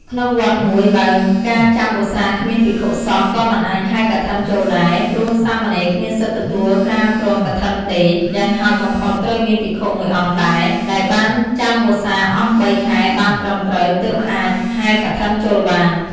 ក្នុងវត្តមួយបើការចាំវស្សាគ្មានភិក្ខុសោះក៏មិនអាចហែរកឋិនចូលដែរ ព្រោះសាមណេរគ្មានសិទ្ធិទទួលក្រាលគ្រងកឋិនទេ យ៉ាងហោចបំផុតត្រូវមានភិក្ខុ១អង្គដែរ ដែលបានចាំវស្សាអស់៣ខែបានត្រឹមត្រូវ ទើបអាចហែកឋិនចូលបាន។